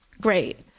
great